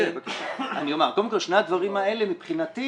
קודם כל שני הדברים האלה מבחינתי,